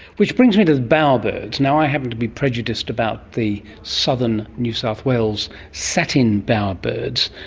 which brings me to the bower birds. now, i happened to be prejudiced about the southern new south wales satin bower birds,